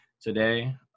today